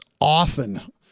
often